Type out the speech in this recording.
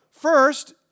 First